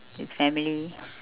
with family